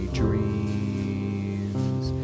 dreams